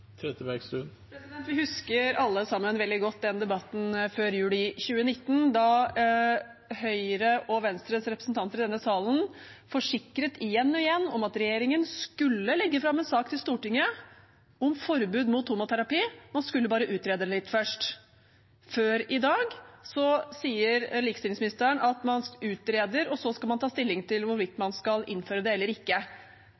Vi husker alle sammen veldig godt debatten før jul i 2019, da Høyre og Venstres representanter i denne salen igjen og igjen forsikret om at regjeringen skulle legge fram en sak for Stortinget om forbud mot homoterapi. Man skulle bare utrede det litt først. Tidligere i dag sa likestillingsministeren at man utreder, og så skal man ta stilling til hvorvidt